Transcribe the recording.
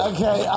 Okay